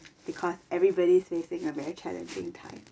because everybody is facing a very challenging time